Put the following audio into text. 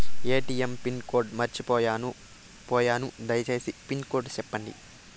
ATM pin code మర్చిపోయాను పోయాను దయసేసి పిన్ కోడ్ సెప్పండి?